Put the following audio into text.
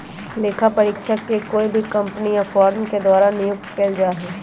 लेखा परीक्षक के कोई भी कम्पनी या फर्म के द्वारा नियुक्त कइल जा हई